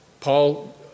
Paul